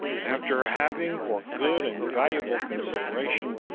after having, for good and valuable consideration,